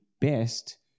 best